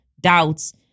doubts